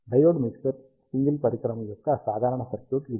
diode mixer single పరికరం యొక్క సాధారణ సర్క్యూట్ ఇది